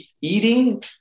eating